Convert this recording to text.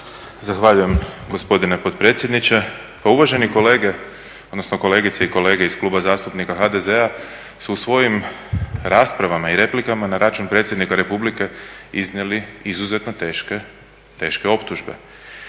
Zahvaljujem gospodine potpredsjedniče. Pa uvaženi kolegice i kolege iz Kluba zastupnika HDZ-a su u svojim raspravama i replikama na račun Predsjednika Republike iznijeli izuzetno teške optužbe.